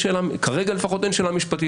כרגע לפחות אין שאלה משפטית